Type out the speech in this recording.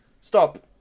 Stop